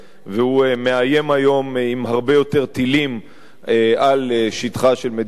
והוא מאיים היום עם הרבה יותר טילים על שטחה של מדינת ישראל.